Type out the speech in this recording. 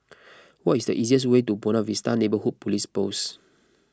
what is the easiest way to Buona Vista Neighbourhood Police Post